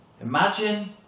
Imagine